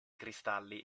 cristalli